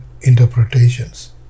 interpretations